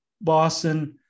Boston